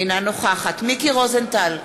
אינה נוכחת מיקי רוזנטל,